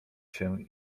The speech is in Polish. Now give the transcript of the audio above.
się